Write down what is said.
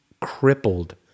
crippled